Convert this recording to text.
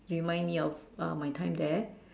remind me of uh my time there